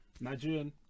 Nigerian